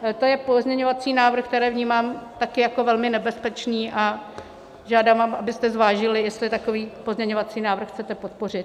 To je pozměňovací návrh, který vnímám také jako velmi nebezpečný, a žádám vás, abyste zvážili, jestli takový pozměňovací návrh chcete podpořit.